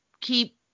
keep